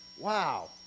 Wow